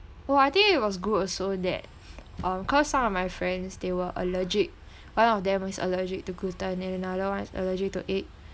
oh I think it was good also that mm cause some of my friends they were allergic one of them is allergic to gluten and another one is allergic to egg